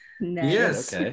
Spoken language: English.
Yes